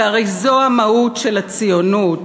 שהרי זו המהות של הציונות,